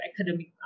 academic